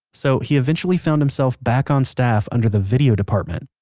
so he eventually found himself back on staff under the video department.